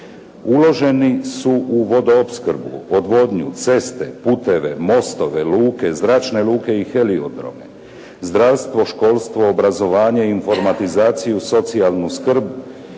Uloženi su u vodoopskrbu, odvodnju, ceste, puteve, mostove, luke, zračne luke i heliodrome, zdravstvo, školstvo, obrazovanje, informatizaciju, socijalnu skrb,